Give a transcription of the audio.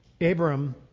Abram